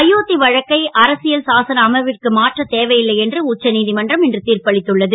அயோத் வழக்கை அரசியல் சாசன அமர்விற்கு மாற்ற தேவை ல்லை என்று உச்சநீ மன்றம் இன்று தீர்ப்பளித்துள்ளது